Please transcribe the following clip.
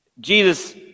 Jesus